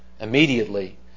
immediately